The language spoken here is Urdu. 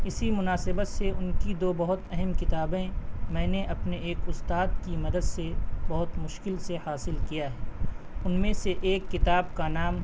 اسی مناسبت سے ان کی دو بہت اہم کتابیں میں نے اپنے ایک استاد کی مدد سے بہت مشکل سے حاصل کیا ہے ان میں سے ایک کتاب کا نام